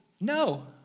no